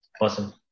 Awesome